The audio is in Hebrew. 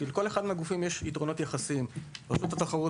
כי לכל אחד מהגופים יש יתרונות יחסיים: לרשות התחרות